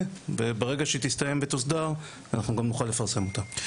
וברגע שהיא תסתיים ותוסדר אנחנו גם נוכל לפרסם אותה.